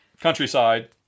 countryside